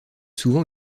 souvent